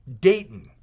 Dayton